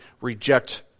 reject